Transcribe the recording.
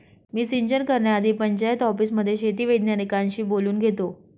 मी सिंचन करण्याआधी पंचायत ऑफिसमध्ये शेती वैज्ञानिकांशी बोलून घेतो